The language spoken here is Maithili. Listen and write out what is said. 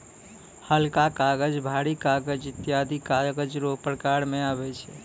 हलका कागज, भारी कागज ईत्यादी कागज रो प्रकार मे आबै छै